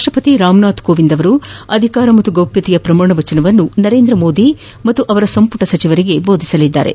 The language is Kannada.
ರಾಷ್ಟಪತಿ ರಾಮನಾಥ್ ಕೋವಿಂದ್ ಅಧಿಕಾರ ಮತ್ತು ಗೌಪ್ಯಕೆಯ ಪ್ರಮಾಣವಚನವನ್ನು ನರೇಂದ್ರ ಮೋದಿ ಮತ್ತು ಅವರ ಸಂಪುಟ ಸಚಿವರಿಗೆ ಬೋಧಿಸಲಿದ್ದಾರೆ